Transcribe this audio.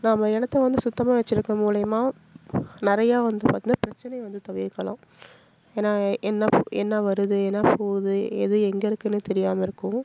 நாம் இடத்த வந்து சுத்தமாக வச்சுருக்க மூலியமாக நிறையா வந்து பார்த்தினா பிரச்சனையை வந்து தவிர்க்கலாம் ஏன்னா என்ன என்ன வருது என்ன போகுது எது எங்கே இருக்குன்னு தெரியாமல் இருக்கும்